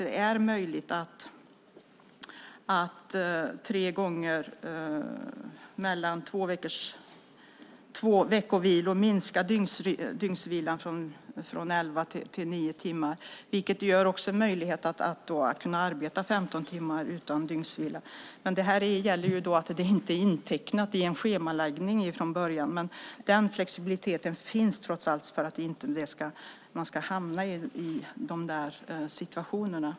Det är möjligt att tre gånger mellan två veckovilor minska dygnsvilan från elva till nio timmar, vilket ger möjlighet att arbeta 15 timmar utan dygnsvila. Men det gäller att det inte är intecknat i en schemaläggning från början. Den flexibiliteten finns trots allt, för att man inte ska hamna i de där situationerna.